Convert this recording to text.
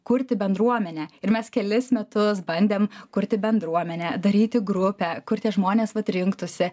kurti bendruomenę ir mes kelis metus bandėm kurti bendruomenę daryti grupę kur tie žmonės vat rinktųsi